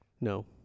No